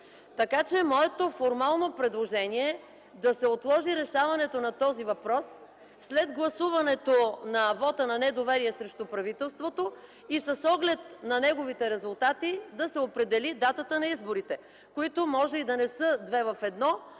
ГЕРБ.) Моето формално предложение е да се отложи решаването на този въпрос след гласуването на вота на недоверие към правителството и с оглед на неговия резултат да се определи датата на изборите, които може и да не са две в едно,